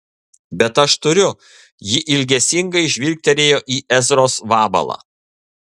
bet aš turiu ji ilgesingai žvilgtelėjo į ezros vabalą